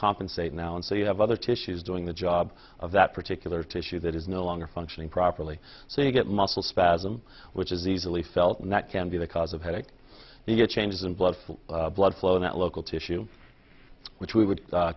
compensate now and so you have other tissues doing the job of that particular tissue that is no longer functioning properly so you get muscle spasm which is easily felt and that can be the cause of headache you get changes in blood for blood flow that local tissue which we would